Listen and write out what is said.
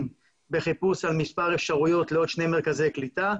בחיפוש של מספר אפשרויות לעוד שני מרכזי קליטה.